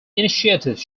initiatives